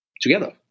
together